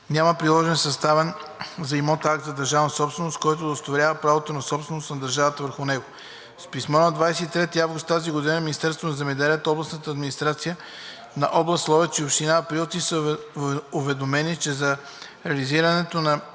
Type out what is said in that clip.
Няма приложен съставен за имота акт за държавна собственост, който да удостоверява правото на собственост на държавата върху него. С писмо на 23 август тази година Министерството на земеделието, Областната администрация на област Ловеч и Община Априлци са уведомени, че за реализиране на